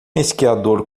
esquiador